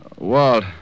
Walt